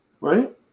Right